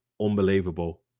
Unbelievable